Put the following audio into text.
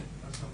אמר